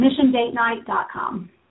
missiondatenight.com